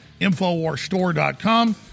infowarstore.com